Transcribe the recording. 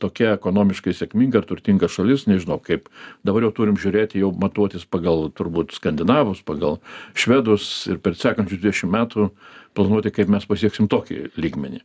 tokia ekonomiškai sėkminga ir turtinga šalis nežinau kaip dabar jau turim žiūrėti jau matuotis pagal turbūt skandinavus pagal švedus ir per sekančius dvidešimt metų planuoti kaip mes pasieksim tokį lygmenį